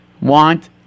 want